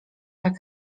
jak